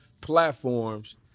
platforms